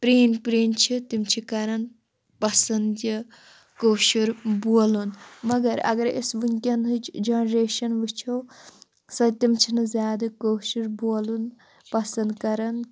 پرٛٲنۍ پرٛٲنۍ چھِ تِم چھِ کَران پسنٛد یہِ کٲشُر بولُن مگر اگر أسۍ وٕنۍکٮ۪نٕچ جَنریشَن وٕچھو سۄ تِم چھِنہٕ زیادٕ کٲشُر بولُن پسنٛد کران